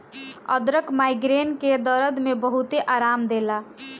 अदरक माइग्रेन के दरद में बहुते आराम देला